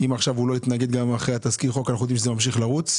אם עכשיו הוא לא התנגד גם אחרי תסקיר חוק אנחנו יודעים זה ממשיך לרוץ.